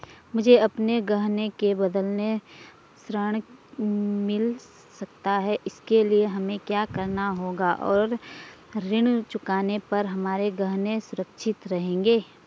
मुझे अपने गहने के बदलें ऋण मिल सकता है इसके लिए हमें क्या करना होगा और ऋण चुकाने पर हमारे गहने सुरक्षित रहेंगे?